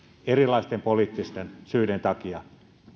erilaisten poliittisten syiden takia